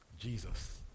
Jesus